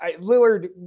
Lillard